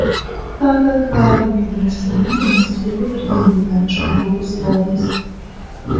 cha cha cha vaipydamasis tampydamasis tuoj pat ir dingo ten iš kur buvo pasirodęs